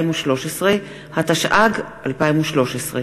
כי הונחו היום על שולחן הכנסת,